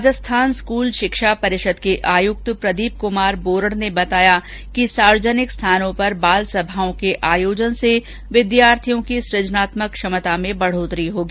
Rajasthan school शिक्षा परिषद के आयुक्त प्रदीप क्मार बोरड़ ने बताया कि सार्वजनिक स्थानों पर बालसभाओं के आयोजन से विद्यार्थियो की सुजनात्मक क्षमता में बढोतरी होगी